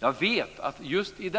Jag vet att under